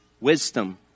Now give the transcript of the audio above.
Wisdom